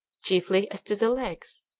chiefly as to the legs,